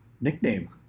nickname